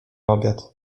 obiad